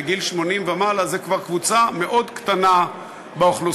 לגיל 80 ומעלה זה כבר קבוצה מאוד קטנה באוכלוסייה.